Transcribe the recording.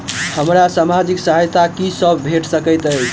हमरा सामाजिक सहायता की सब भेट सकैत अछि?